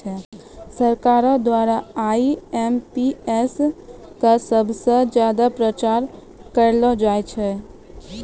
सरकारो द्वारा आई.एम.पी.एस क सबस ज्यादा प्रचार करलो जाय छै